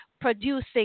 producing